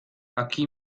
aquí